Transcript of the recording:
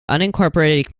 unincorporated